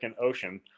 ocean